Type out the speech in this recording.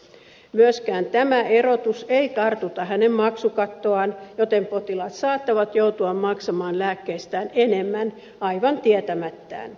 myöskään tämä erotus ei kartuta hänen maksukattoaan joten potilaat saattavat joutua maksamaan lääkkeistään enemmän aivan tietämättään